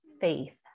faith